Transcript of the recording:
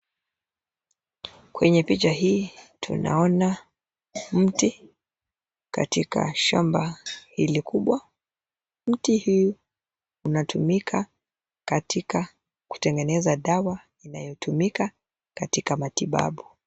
Kwenye picha hii tunaona mti katika shamba hili kubwa . Mti hii unatumika katika kutengeneza dawa inayotumika katika matibabu.